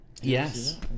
Yes